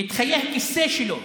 את חיי הכיסא שלו.